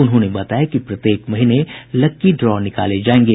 उन्होंने बताया कि प्रत्येक महीने लक्की ड्रा निकाले जायेंगे